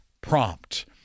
prompt